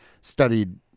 studied